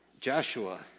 Joshua